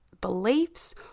beliefs